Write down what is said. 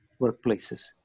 workplaces